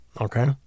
Okay